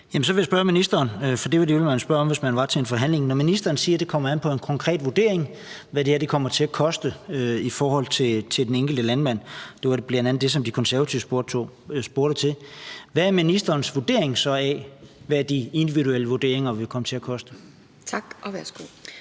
Så vil jeg spørge ministeren om noget, for det ville man spørge om, hvis man var i en forhandling. Når ministeren siger, at det kommer an på en konkret vurdering, hvad det her kommer til at koste i forhold til den enkelte landmand – det var bl.a. det, som De Konservative spurgte til – hvad er så ministerens vurdering af, hvad de individuelle vurderinger vil kommer til at koste? Kl.